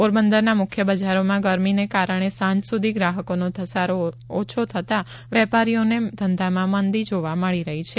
પોરબંદરના મુખ્ય બજારોમાં ગરમીને કારણે સાંજ સુધી ગ્રાહકોનો ઘસારો ઓછો થતાં વેપારીઓને ધંધામાં મંદી જોવા મળી રહી છે